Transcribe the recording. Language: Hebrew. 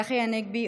צחי הנגבי,